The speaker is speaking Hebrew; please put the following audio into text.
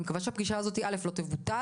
אני מקווה שהיא לא תבוטל,